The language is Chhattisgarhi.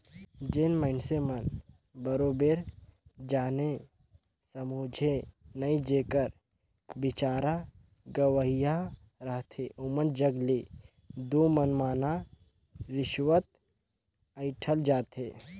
जेन मइनसे मन बरोबेर जाने समुझे नई जेकर बिचारा गंवइहां रहथे ओमन जग ले दो मनमना रिस्वत अंइठल जाथे